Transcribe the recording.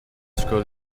scroll